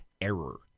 error